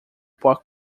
pop